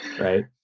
Right